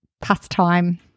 pastime